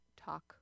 Talk